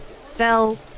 sell